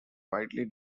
widely